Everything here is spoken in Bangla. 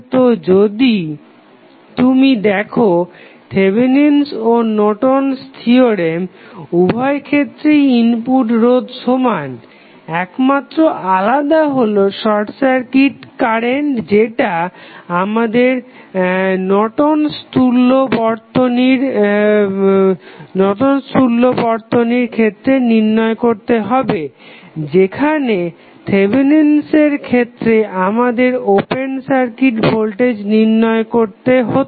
তো যদি তুমি দেখো থেভেনিন'স ও নর্টন'স থিওরেম উভয় ক্ষেত্রেই ইনপুট রোধ সমান একমাত্র আলাদা হলো শর্ট সার্কিট কারেন্ট যেটা আমাদের নর্টন'স তুল্য Nortons equivalent বর্তনীর ক্ষেত্রে নির্ণয় করতে হবে যেখানে থেভেনিন'স এর ক্ষেত্রে আমাদের ওপেন সার্কিট ভোল্টেজ নির্ণয় করতে হতো